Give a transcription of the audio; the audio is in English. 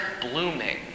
blooming